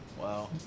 Wow